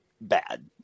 bad